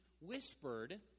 whispered